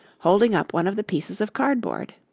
holding up one of the pieces of cardboard.